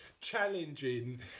challenging